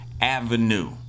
Avenue